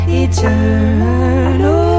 eternal